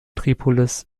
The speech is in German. tripolis